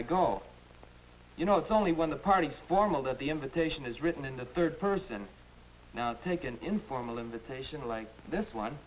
i go you know it's only when the party's formal that the invitation is written in the third person now take an informal invitation like this one